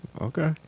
Okay